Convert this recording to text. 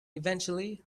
eventually